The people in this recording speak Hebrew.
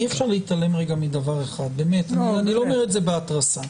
אי אפשר להתעלם מדבר אחד אני לא אומר את זה בהתרסה,